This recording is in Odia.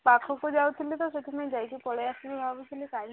ପାଖକୁ ଯାଉଥିଲି ତ ସେଥିପାଇଁ ଯାଇକି ପଳାଇ ଆସିଲି ଭାବୁଥିଲି